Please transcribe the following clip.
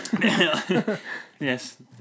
yes